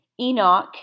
Enoch